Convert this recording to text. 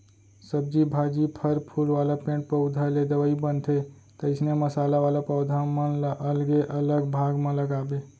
सब्जी भाजी, फर फूल वाला पेड़ पउधा ले दवई बनथे, तइसने मसाला वाला पौधा मन ल अलगे अलग भाग म लगाबे